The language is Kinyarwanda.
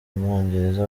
umwongereza